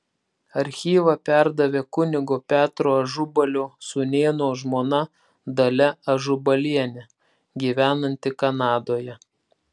archyvą perdavė kunigo petro ažubalio sūnėno žmona dalia ažubalienė gyvenanti kanadoje